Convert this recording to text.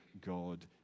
God